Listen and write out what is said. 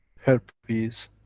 herpes,